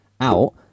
out